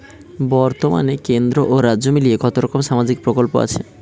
বতর্মানে কেন্দ্র ও রাজ্য মিলিয়ে কতরকম সামাজিক প্রকল্প আছে?